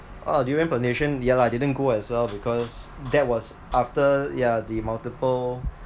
orh durian plantation yeah lah didn't go as well because that was after ya the multiple